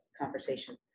conversation